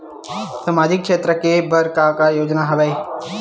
सामाजिक क्षेत्र के बर का का योजना हवय?